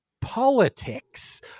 Politics